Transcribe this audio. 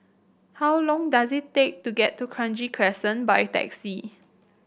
how long does it take to get to Kranji Crescent by taxi